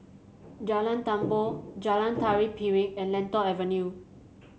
Jalan Tambur Jalan Tari Piring and Lentor Avenue